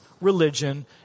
religion